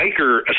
biker